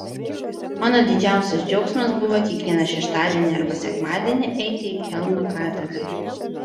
mano didžiausias džiaugsmas buvo kiekvieną šeštadienį arba sekmadienį eiti į kelno katedrą